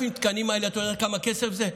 את יודעת כמה כסף זה?